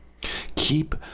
Keep